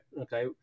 okay